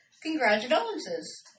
Congratulations